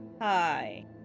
Hi